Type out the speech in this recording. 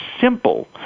simple